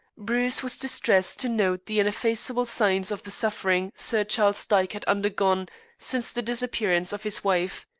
bruce was distressed to note the ineffaceable signs of the suffering sir charles dyke had undergone since the disappearance of his wife.